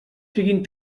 siguin